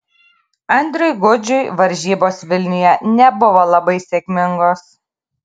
andriui gudžiui varžybos vilniuje nebuvo labai sėkmingos